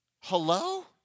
Hello